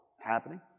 happening